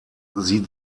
sie